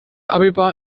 abeba